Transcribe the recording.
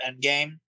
Endgame